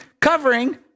covering